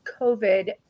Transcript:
COVID